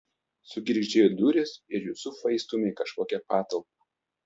sugirgždėjo durys ir jusufą įstūmė į kažkokią patalpą